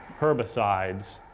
herbicides,